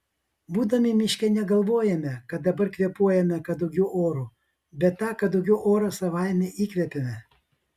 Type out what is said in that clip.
būdami miške negalvojame kad dabar kvėpuojame kadugių oru bet tą kadugių orą savaime įkvepiame